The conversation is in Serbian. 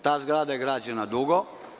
Ta zgrada je građena dugo.